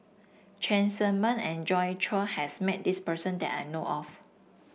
Cheng Tsang Man and Joi Chua has met this person that I know of